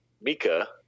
Mika